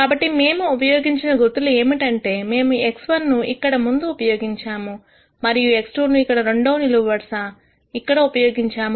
కాబట్టి మేము ఉపయోగించిన గుర్తు లు ఏమిటంటే మేము x1 ను ఇక్కడ ముందు ఉపయోగించాము మరియు x2 ను ఇక్కడ రెండో నిలువు వరుసలో ఇక్కడ ఉపయోగించాము